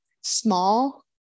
small